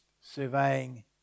surveying